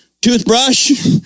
Toothbrush